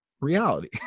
reality